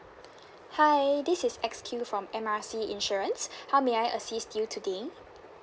hi this is X Q from M R C insurance how may I assist you today